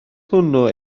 hwnnw